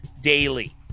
daily